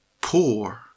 poor